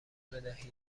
بدهید